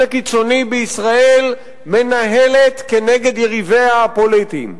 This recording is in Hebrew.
הקיצוני בישראל מנהלת נגד יריביה הפוליטיים.